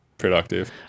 productive